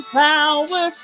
power